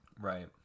Right